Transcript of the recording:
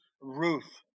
Ruth